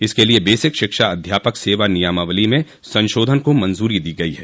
इसके लिए बेसिक शिक्षा अध्यापक सेवा नियमावली में संशोधन को मंजरी दी गयी है